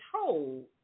told